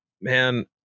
man